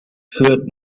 führt